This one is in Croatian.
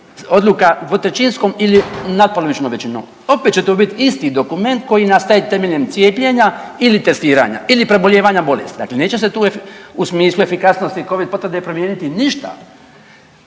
odluka dvotrećinskom ili natpolovičnom većinom, opet će to biti isti dokument koji nastaje temeljem cijepljenja ili testiranja ili prebolijevanja bolesti, dakle neće se tu u smislu efikasnosti covid potvrde promijeniti ništa.